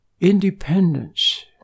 independence